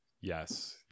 Yes